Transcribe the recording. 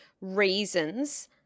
reasons